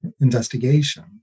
investigation